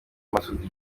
masudi